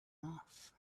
off